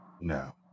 No